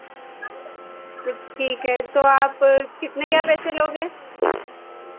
तो ठीक है तो आप कितने क्या पैसे लोगे